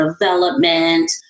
development